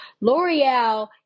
L'Oreal